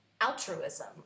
altruism